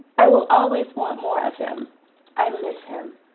i will always want more of him i miss him